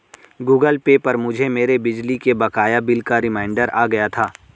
Google Pay पर मुझे मेरे बिजली के बकाया बिल का रिमाइन्डर आ गया था